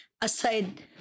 aside